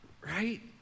right